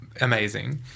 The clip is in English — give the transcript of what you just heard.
amazing